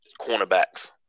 cornerbacks